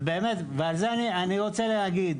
ובאמת אני רוצה להגיד,